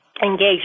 Engage